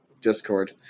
Discord